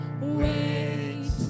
wait